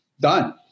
done